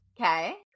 Okay